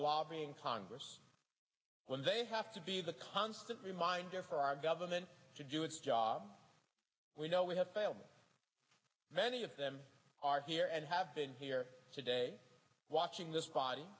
lobbying congress when they have to be the constant reminder for our government to do its job we know we have failed many of them are here and have been here today watching this body